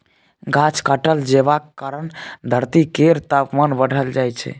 गाछ काटल जेबाक कारणेँ धरती केर तापमान बढ़ल जाइ छै